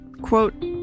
Quote